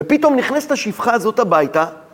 ופתאום נכנסת השפחה הזאת הביתה.